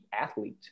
athlete